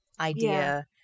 idea